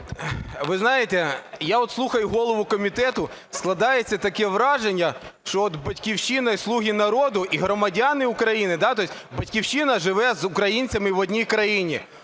Ви знаєте, я от слухаю голову комітету, складається таке враження, що от "Батьківщина" і "Слуга народу", і громадяни України… Тобто "Батьківщина" живе з українцями в одній країні,